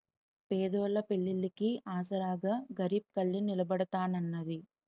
పేదోళ్ళ పెళ్లిళ్లికి ఆసరాగా గరీబ్ కళ్యాణ్ నిలబడతాన్నది